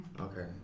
Okay